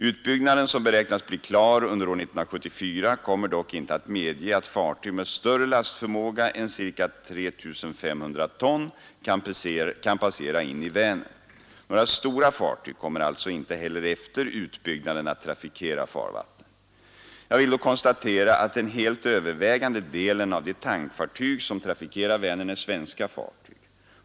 Utbyggnaden, som beräknas bli klar under år 1974, kommer dock inte att medge att fartyg med större lastförmåga än ca 3 500 ton kan passera in i Vänern. Några stora fartyg kommer alltså inte heller efter utbyggnaden att trafikera farvattnen. Jag vill då konstatera att den helt övervägande delen av de tankfartyg som trafikerar Vänern är svenska fartyg.